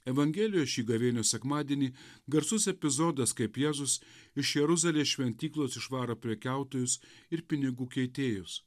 evangelijos šį gavėnios sekmadienį garsus epizodas kaip jėzus iš jeruzalės šventyklos išvaro prekiautojus ir pinigų keitėjus